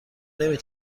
نمی